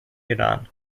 iran